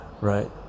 right